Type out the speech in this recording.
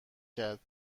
کرد